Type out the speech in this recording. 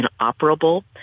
inoperable